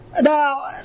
Now